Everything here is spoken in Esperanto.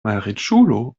malriĉulo